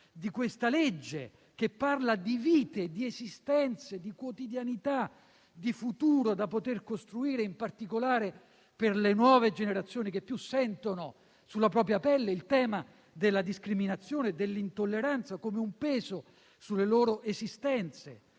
di questa legge, che parla di vite, di esistenze, di quotidianità, di futuro da poter costruire, in particolare per le nuove generazioni che più sentono sulla propria pelle il tema della discriminazione, dell'intolleranza come un peso sulle loro esistenze.